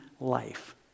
life